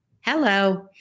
Hello